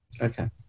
Okay